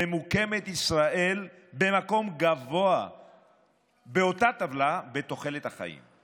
ממוקמת ישראל במקום גבוה באותה טבלה בתוחלת החיים,